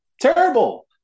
Terrible